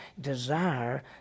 desire